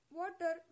water